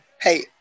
hey